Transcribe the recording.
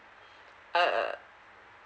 uh